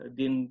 din